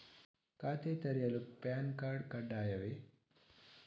ಖಾತೆ ತೆರೆಯಲು PAN card ಕಡ್ಡಾಯವೇ?